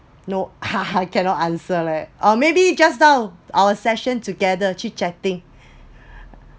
no I cannot answer leh or maybe just now our session together chit chatting